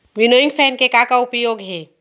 Winnowing fan के का का उपयोग हे?